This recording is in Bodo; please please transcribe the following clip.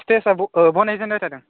स्टेजआ बानायजेनबाय थादों